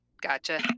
Gotcha